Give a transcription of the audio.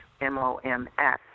M-O-M-S